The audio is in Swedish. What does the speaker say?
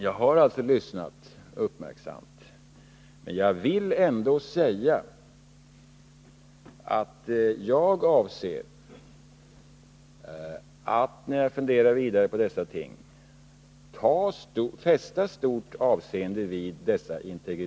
Jag har alltså lyssnat uppmärksamt, men jag vill ändå säga att jag fäster stort avseende vid dessa integritetshänsyn när jag funderar vidare på detta.